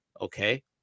Okay